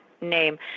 name